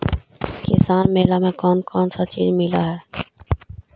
किसान मेला मे कोन कोन चिज मिलै है?